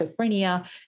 schizophrenia